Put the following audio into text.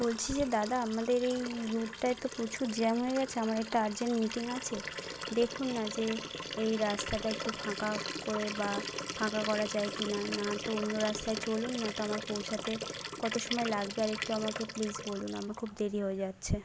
বলছি যে দাদা আমাদের এই রুটটায় তো প্রচুর জ্যাম হয়ে গেছে আমার একটা আর্জেন্ট মিটিং আছে দেখুন না যে এই রাস্তাটা একটু ফাঁকা করে বা ফাঁকা করা যায় কি না না তো অন্য রাস্তায় চলুন না তো আমার পৌঁছাতে কতো সময় লাগবে আরেকটু আমাকে প্লিজ বলুন আমার খুব দেরি হয়ে যাচ্ছে